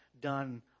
done